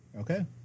Okay